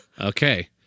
okay